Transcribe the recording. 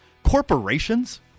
corporations